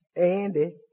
Andy